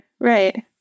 right